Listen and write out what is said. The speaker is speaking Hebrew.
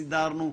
"סידרנו",